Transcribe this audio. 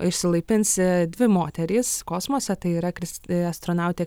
išsilaipins dvi moterys kosmose tai yra krist astronautė